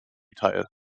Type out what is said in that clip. teil